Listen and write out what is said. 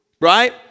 Right